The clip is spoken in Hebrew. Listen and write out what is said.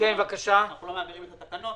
אנחנו לא מעבירים את התקנות,